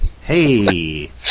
Hey